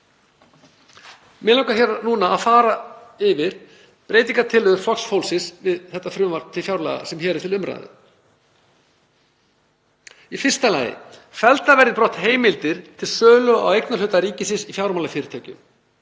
Mig langar núna að fara yfir breytingartillögur Flokks fólksins við frumvarp til fjárlaga sem hér er til umræðu. 1. Felldar verði brott heimildir til sölu á eignarhluta ríkisins í fjármálafyrirtækjum.